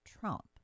Trump